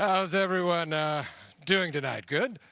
how's everyone doing tonight? good?